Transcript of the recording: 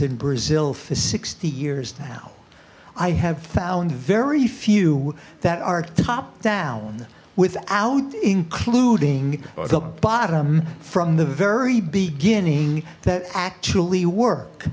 in brazil for sixty years now i have found very few that are top down without including the bottom from the very beginning that actually work